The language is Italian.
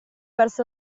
verso